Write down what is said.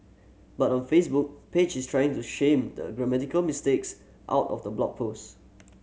but on Facebook page is trying to shame the grammatical mistakes out of the blog post